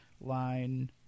line